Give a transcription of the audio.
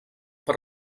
per